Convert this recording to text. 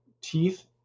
teeth